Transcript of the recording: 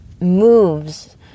moves